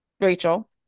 Rachel